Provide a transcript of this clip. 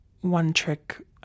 one-trick